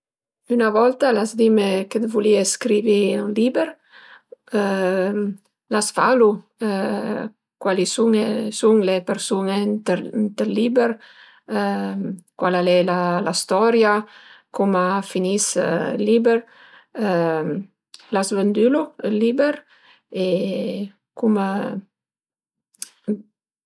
Üna volta l'as dime che vulìe scrivi ün liber. L'as falu? Cuali a sun le persun-e ënt ël liber? Cuala al e la storia? Cum a finis ël liber? L'as vëndulu ël liber? E cum